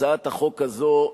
הצעת החוק הזאת,